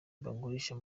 bagurisha